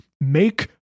make